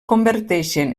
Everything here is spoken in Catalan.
converteixen